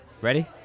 Ready